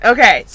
Okay